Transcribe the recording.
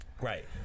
right